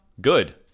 good